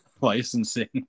licensing